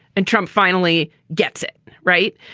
and trump finally gets it right.